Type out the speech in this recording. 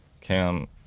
Cam